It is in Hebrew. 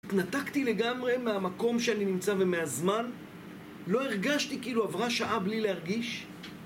התנתקתי לגמרי מהמקום שאני נמצא ומהזמן, לא הרגשתי כאילו עברה שעה בלי להרגיש